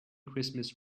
christmas